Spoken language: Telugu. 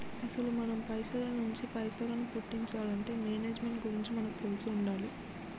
అసలు మనం పైసల నుంచి పైసలను పుట్టించాలంటే మేనేజ్మెంట్ గురించి మనకు తెలిసి ఉండాలి